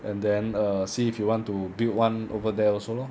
and then err see if you want to build one over there also lor